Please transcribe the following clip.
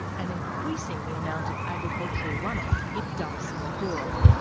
and increasing the amount of agricultural runoff it dumps in the coorong.